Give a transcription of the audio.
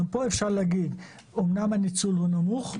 גם פה אפשר להגיד אמנם הניצול הוא נמוך,